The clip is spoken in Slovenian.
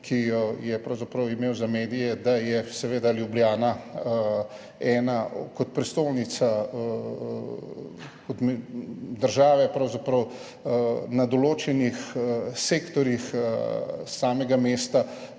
ki jo je pravzaprav imel za medije, da je seveda Ljubljana kot prestolnica države pravzaprav na določenih sektorjih samega mesta